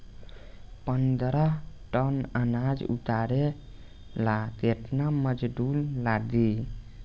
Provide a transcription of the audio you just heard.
पन्द्रह टन अनाज उतारे ला केतना मजदूर लागी?